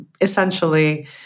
Essentially